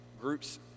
Groups